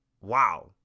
wow